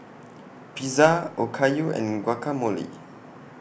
Pizza Okayu and Guacamole